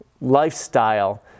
lifestyle